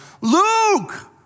Luke